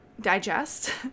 digest